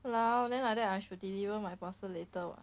!walao! then like that I should deliver my parcel later [what]